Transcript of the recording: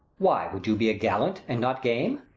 why, would you be a gallant, and not game?